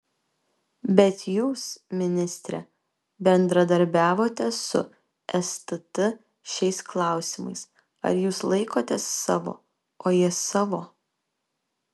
bet jūs ministre bendradarbiavote su stt šiais klausimais ar jūs laikotės savo o jie savo